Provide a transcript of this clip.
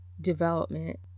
development